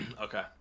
Okay